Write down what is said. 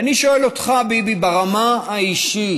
ואני שואל אותך, ביבי, ברמה האישית